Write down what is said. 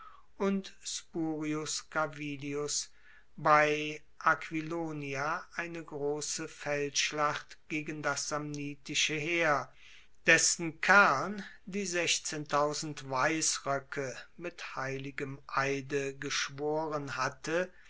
und spurius carvilius bei aquilonia eine grosse feldschlacht gegen das samnitische heer dessen kern die weißrock mit heiligem eide geschworen hatte